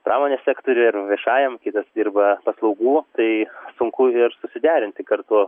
pramonės sektoriuje ar viešajam kitas dirba paslaugų tai sunku ir susiderinti kartu